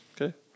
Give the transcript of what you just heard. Okay